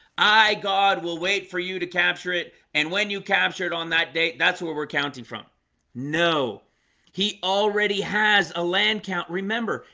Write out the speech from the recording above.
i god will wait for you to capture it and when you capture it on that date, that's where we're counting from no he already has a land count. remember,